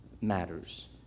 matters